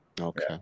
Okay